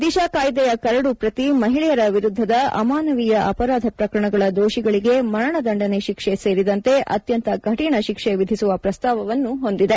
ದಿಶಾ ಕಾಯ್ಲೆಯ ಕರಡು ಪ್ರತಿ ಮಹಿಳೆಯರ ವಿರುದ್ದದ ಅಮಾನವೀಯ ಅಪರಾಧ ಪ್ರಕರಣಗಳ ದೋಷಿಗಳಿಗೆ ಮರಣದಂಡನೆ ಶಿಕ್ಷೆ ಸೇರಿದಂತೆ ಅತ್ಯಂತ ಕರಿಣ ಶಿಕ್ಷೆ ವಿಧಿಸುವ ಪ್ರಸ್ತಾವವನ್ನು ಹೊಂದಿದೆ